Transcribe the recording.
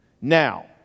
Now